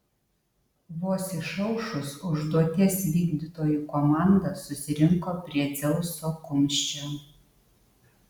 vos išaušus užduoties vykdytojų komanda susirinko prie dzeuso kumščio